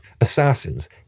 assassins